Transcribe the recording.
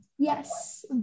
Yes